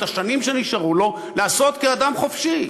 את השנים שנשארו לו לעשות כאדם חופשי.